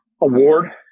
award